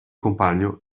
compagno